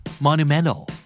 Monumental